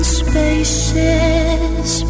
spaces